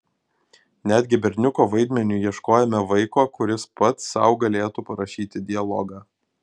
netgi berniuko vaidmeniui ieškojome vaiko kuris pats sau galėtų parašyti dialogą